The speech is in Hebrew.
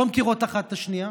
לא מכירות אחת את השנייה,